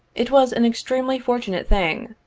it was an extremely fortunate thing,